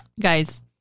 Guys